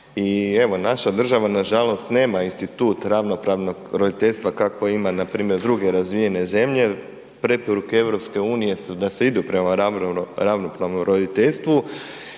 i evo naša država nažalost nema institut ravnopravnog roditeljstva kako ima na primjer druge razvijene zemlje jer preporuke EU je da se ide prema ravnopravnom roditeljstvu.